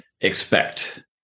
expect